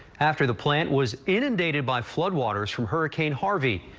after the plant was inundated by flood waters from hurricane harvey.